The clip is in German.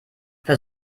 für